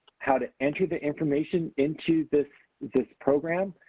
how to enter the information into this this program,